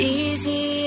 easy